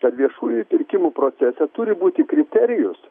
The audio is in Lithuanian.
kad viešųjų pirkimų procese turi būti kriterijus